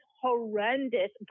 horrendous